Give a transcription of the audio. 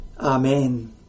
Amen